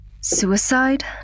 Suicide